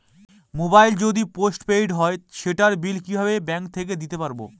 Mobile যদি postpaid হয় সেটার বিল কিভাবে ব্যাংক থেকে দিতে পারব?